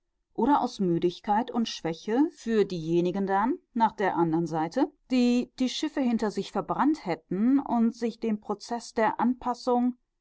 oder aus müdigkeit und schwäche für diejenigen dann nach der andern seite die die schiffe hinter sich verbrannt hätten und sich dem prozeß der anpassung